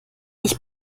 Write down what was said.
ich